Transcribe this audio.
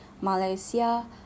Malaysia